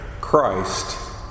Christ